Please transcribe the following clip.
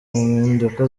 mpinduka